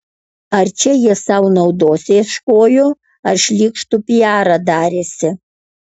ar čia jie sau naudos ieškojo ar šlykštų piarą darėsi